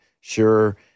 sure